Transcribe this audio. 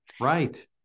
Right